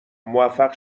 موفق